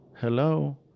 hello